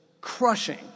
crushing